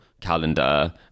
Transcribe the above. calendar